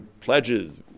pledges